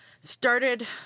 started